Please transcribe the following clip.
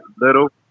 little